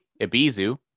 Ibizu